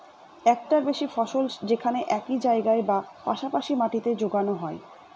একটার বেশি ফসল যেখানে একই জায়গায় বা পাশা পাশি মাটিতে যোগানো হয়